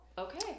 okay